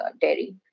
dairy